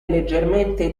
leggermente